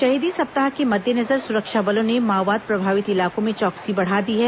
शहीदी सप्ताह के मद्देनजर सुरक्षा बलों ने माओवाद प्रभावित इलाकों में चौकसी बढ़ा दी है